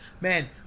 man